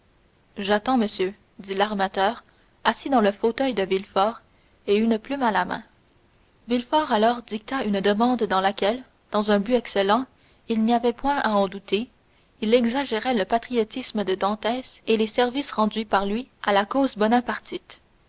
j'attends monsieur dit l'armateur assis dans le fauteuil de villefort et une plume à la main villefort alors dicta une demande dans laquelle dans un but excellent il n'y avait point à en douter il exagérait le patriotisme de dantès et les services rendus par lui à la cause bonapartiste